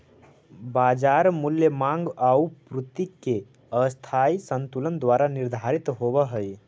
बाजार मूल्य माँग आउ पूर्ति के अस्थायी संतुलन द्वारा निर्धारित होवऽ हइ